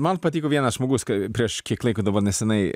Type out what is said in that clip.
man patiko vienas žmogus kai prieš kiek laiko dabar neseniai